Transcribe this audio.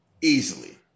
easily